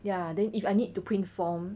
ya then if I need to print form